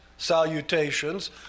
salutations